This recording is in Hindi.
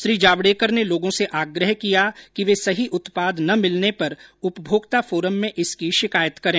श्री जावडेकर ने लोगों से आग्रह किया के वे सही उत्पाद न मिलने पर उपभोक्ता फोरम में इसकी शिकायत करें